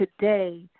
today